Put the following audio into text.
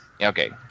Okay